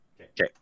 Okay